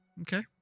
okay